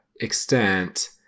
extent